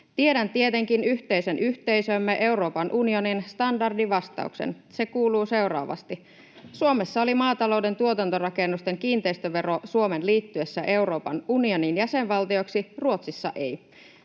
Tiedän tietenkin yhteisen yhteisömme, Euroopan unionin, standardivastauksen. Se kuuluu seuraavasti: Suomessa oli maatalouden tuotantorakennusten kiinteistövero Suomen liittyessä Euroopan unionin jäsenvaltioksi, Ruotsissa ei.